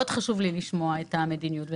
מאוד חשוב לי לשמוע את המדיניות.